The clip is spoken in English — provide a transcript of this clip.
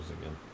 again